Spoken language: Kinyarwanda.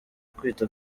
kwita